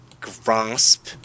grasp